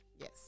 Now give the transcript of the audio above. Yes